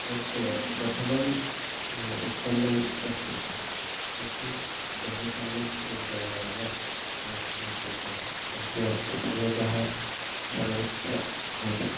यत् प्रथमम् उत्पन्नम् अस्ति तत्तु बहु सम्यक् रूपेणेव अस्ति किमर्थम् इत्युक्ते तस्य उपयोगः सर्वत्र भवति